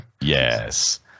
Yes